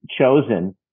chosen